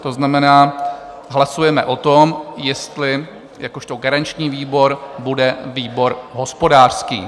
To znamená, hlasujeme o tom, jestli jakožto garanční výbor bude výbor hospodářský.